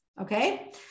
Okay